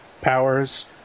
powers